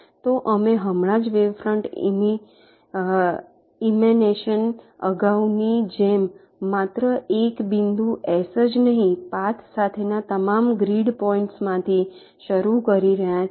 તો અમે હમણાં જ વેવ ફ્રન્ટ ઈમેનેશન અગાઉની જેમ માત્ર એક બિંદુ S જ નહીં પાથ સાથેના તમામ ગ્રીડ પોઈન્ટ્સમાંથી શરૂ કરી રહ્યા છીએ